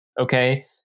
Okay